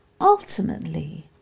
Ultimately